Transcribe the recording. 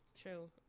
True